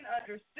understood